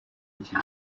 iki